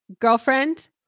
girlfriend